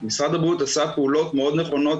משרד הבריאות עשה פעולות נכונות מאוד,